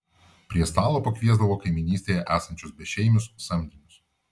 prie stalo pakviesdavo kaimynystėje esančius bešeimius samdinius